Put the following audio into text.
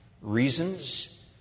reasons